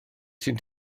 sydd